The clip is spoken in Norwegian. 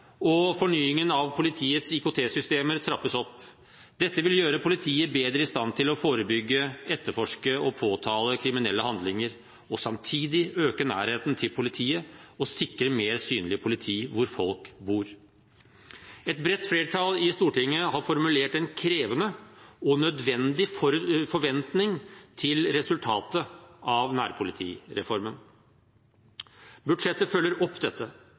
og fornyingen av politiets IKT-systemer trappes opp. Dette vil gjøre politiet bedre i stand til å forebygge, etterforske og påtale kriminelle handlinger og samtidig øke nærheten til politiet og sikre mer synlig politi der folk bor. Et bredt flertall i Stortinget har formulert en krevende og nødvendig forventning til resultatet av nærpolitireformen. Budsjettet følger opp dette.